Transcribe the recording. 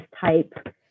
type